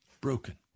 broken